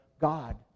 god